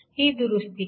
ही दुरुस्ती करा